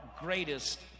greatest